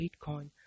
Bitcoin